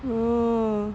oh